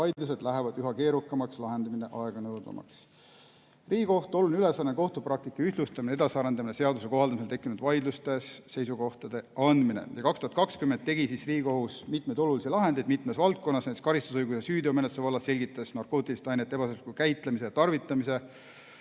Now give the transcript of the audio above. Vaidlused lähevad üha keerukamaks, lahendamine aeganõudvamaks. Riigikohtu oluline ülesanne on kohtupraktika ühtlustamine, edasiarendamine, seaduse kohaldamisel tekkinud vaidlustes seisukohtade andmine. 2020 tegi Riigikohus mitmeid olulisi lahendeid mitmes valdkonnas. Näiteks karistusõiguse ja süüteomenetluse vallas selgitati narkootiliste ainete ebaseadusliku käitlemise ja tarvitamise,